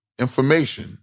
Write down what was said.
information